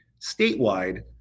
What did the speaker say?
statewide